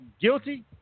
Guilty